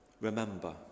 remember